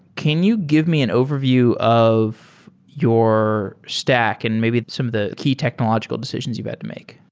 can you give me an overview of your stack and maybe some of the key technological decisions you've had to make?